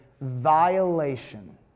violation